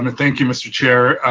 and thank you, mr. chair.